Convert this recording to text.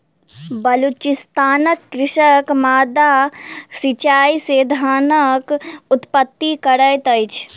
बलुचिस्तानक कृषक माद्दा सिचाई से धानक उत्पत्ति करैत अछि